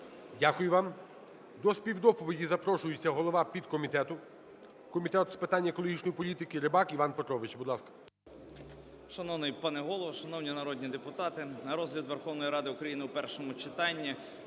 Дякую вам. До співдоповіді запрошується голова підкомітет Комітету з питань екологічної політики Рибак Іван Петрович,